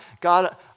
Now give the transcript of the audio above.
God